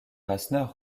rasseneur